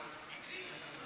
מטפלים.